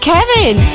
Kevin